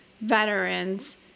veterans